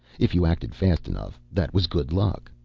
if you acted fast enough, that was good luck.